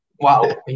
wow